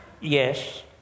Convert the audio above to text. Yes